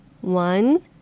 One